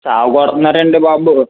సావగొడుతున్నారండీ బాబు